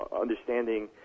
understanding